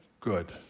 good